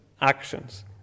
actions